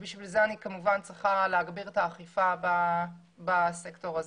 ובשביל זה אני צריכה להגביר את האכיפה בסקטור הזה.